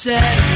Set